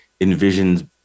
envisions